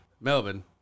Melbourne